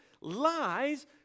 lies